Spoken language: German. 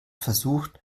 versucht